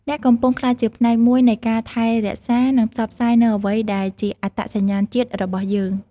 អ្នកកំពុងក្លាយជាផ្នែកមួយនៃការថែរក្សា និងផ្សព្វផ្សាយនូវអ្វីដែលជាអត្តសញ្ញាណជាតិរបស់យើង។